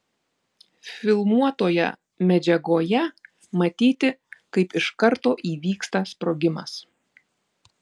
filmuotoje medžiagoje matyti kaip iš karto įvyksta sprogimas